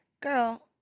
Girl